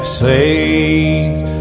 saved